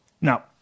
Now